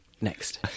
next